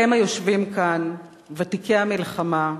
אתם היושבים כאן, ותיקי המלחמה,